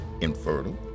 infertile